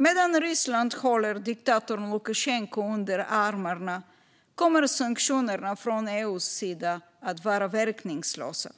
Så länge Ryssland håller diktatorn Lukasjenko under armarna kommer sanktionerna från EU:s sida att vara verkningslösa.